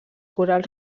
corals